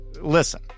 listen